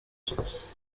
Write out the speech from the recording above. source